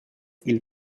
i’l